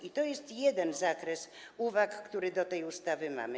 I to jest jeden zakres uwag, które do tej ustawy mamy.